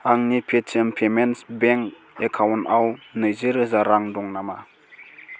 आंनि Paytm payments bank एकाउन्टआव नैजि रोजा रां दं नामा